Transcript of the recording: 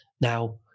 Now